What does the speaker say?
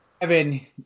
Evan